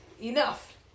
enough